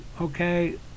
okay